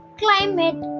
climate